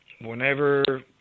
Whenever